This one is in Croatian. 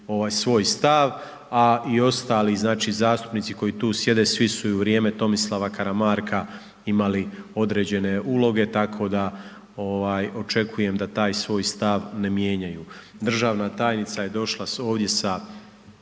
svoj stav, a i ostali znači zastupnici koji tu sjede svi su i u vrijeme Tomislava Karamarka imali određene uloge, tako da ovaj očekujem da taj svoj stav ne mijenjaju. Državna je tajnica došla ovdje sa